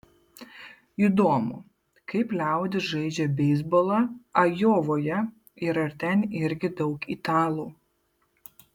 įdomu kaip liaudis žaidžia beisbolą ajovoje ir ar ten irgi daug italų